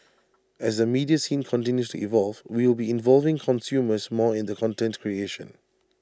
as the media scene continues to evolve we will be involving consumers more in the content creation